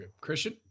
Christian